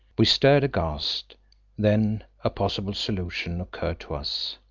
we stared aghast then a possible solution occurred to us.